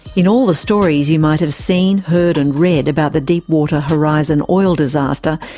in all the stories you might have seen, heard and read about the deepwater horizon oil disaster,